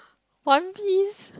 One-Piece